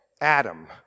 Adam